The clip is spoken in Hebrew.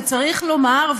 וצריך לומר,